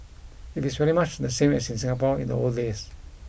it is very much the same as in Singapore in the old days